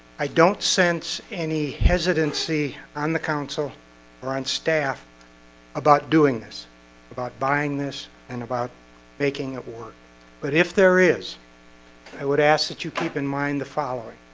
i don't sense any hesitancy on the council or on staff about doing this about buying this and about making a ward but if there is i would ask that you keep in mind the following